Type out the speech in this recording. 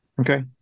okay